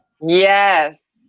Yes